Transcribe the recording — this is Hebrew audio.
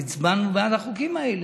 הצבענו בעד החוקים האלה,